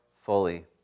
fully